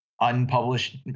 unpublished